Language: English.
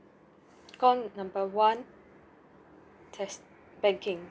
call number one test banking